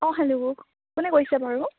অঁ হেল্ল' কোনে কৈছে বাৰু